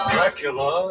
Dracula